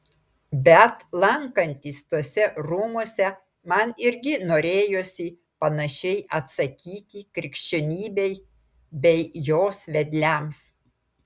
bet lankantis tuose rūmuose man irgi norėjosi panašiai atsakyti krikščionybei bei jos vedliams